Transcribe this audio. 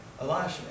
Elisha